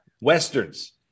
Westerns